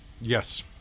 Yes